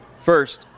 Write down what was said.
First